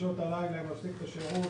בשעות הלילה מפסיקים את השירות.